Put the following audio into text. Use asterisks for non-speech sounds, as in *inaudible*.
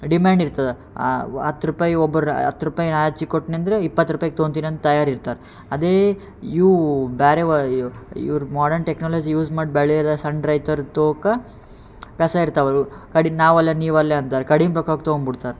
demand ಇರ್ತದೆ ಆವ್ ಹತ್ತು ರೂಪಾಯಿ ಒಬ್ಬರು ಹತ್ತು ರೂಪಾಯಿ ಆಚಿಗೆ ಕೊಟ್ಟನೆಂದ್ರೆ ಇಪ್ಪತ್ತು ರೂಪಾಯ್ಗೆ ತೊಗೊತಿನ್ ಅಂತ ತಯಾರಿರ್ತಾರೆ ಅದೇ ಇವು ಬ್ಯಾರೇವು ಇವು ಇವ್ರ ಮಾಡನ್ ಟೆಕ್ನಾಲಜಿ ಯೂಸ್ ಮಾಡಿ ಬೆಳಿಯೋರು ಸಣ್ಣ ರೈತರದು *unintelligible* ಕಸ ಇರ್ತವರು ಕಡಿಗೆ ನಾ ಒಲ್ಲೆ ನೀ ಒಲ್ಲೆ ಅಂತಾರೆ ಕಡಿಮೆ ರೊಕ್ಕಕ್ಕೆ ತಗೊಂಡ್ ಬುಡ್ತಾರೆ